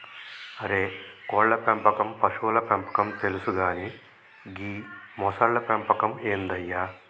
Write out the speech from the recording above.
అరే కోళ్ళ పెంపకం పశువుల పెంపకం తెలుసు కానీ గీ మొసళ్ల పెంపకం ఏందయ్య